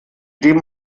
dem